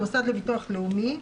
"המוסד, המוסד לביטוח לאומי.